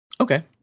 Okay